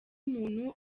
umuntu